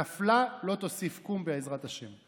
"נפלה לא תוסיף קום", בעזרת השם.